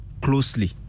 closely